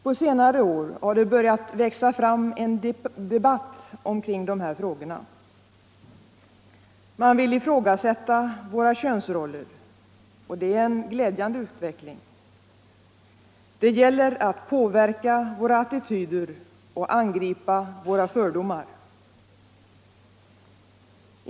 På senare år har det börjat växa fram en debatt kring dessa frågor. Man vill ifrågasätta våra könsroller, och det är en glädjande utveckling. Det gäller att påverka våra attityder och angripa våra fördomar.